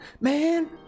Man